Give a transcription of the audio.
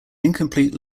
incomplete